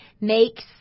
Makes